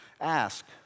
ask